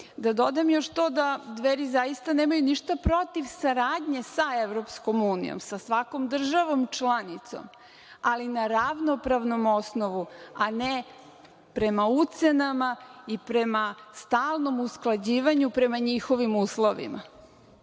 dodam još to da „Dveri“ zaista nemaju ništa protiv saradnje sa Evropskom unijom, sa svakom državom članicom, ali na ravnopravnom osnovu, a ne prema ucenama i prema stalnom usklađivanju prema njihovim uslovima.